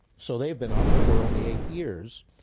so they've been up for only eight years.